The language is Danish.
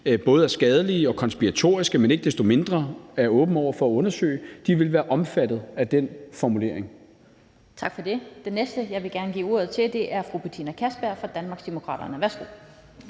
både er skadelige og konspiratoriske, men ikke desto mindre er åben over for at undersøge, vil være omfattet af den formulering. Kl. 14:42 Den fg. formand (Annette Lind): Tak for det. Den næste, jeg gerne vil give ordet til, er fru Betina Kastbjerg fra Danmarksdemokraterne. Værsgo.